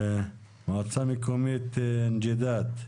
מועצה מקומית נוג'ידאת.